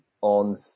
on